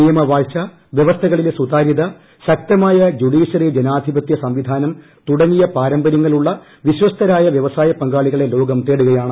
നിയമ വാഴ്ച വ്യവസ്ഥകളിലെ സുതാര്യത ശക്തമായ ജുഡീഷ്യറി ജനാധിപത്യ സംവിധാനം തുടങ്ങിയ പാരമ്പര്യങ്ങളുള്ള വിശ്വസ്തരായ വ്യവസായ പങ്കാളികളെ ലോകം തേടുകയാണ്